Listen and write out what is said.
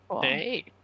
hey